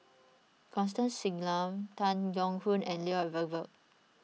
Constance Singam Tan Keong Choon and Lloyd Valberg